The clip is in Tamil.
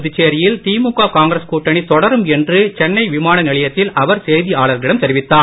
புதுச்சேரியில் திமுக காங்கிரஸ் கூட்டணி தொடரும் என்று சென்னை விமான நிலையத்தில் அவர் செய்தியாளர்களிடம் தெரிவித்தார்